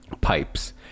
pipes